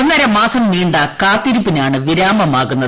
ഒന്നരമാസം നീണ്ട കാത്തിരിപ്പിനാണ് വിരാമമാകുന്നത്